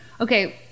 okay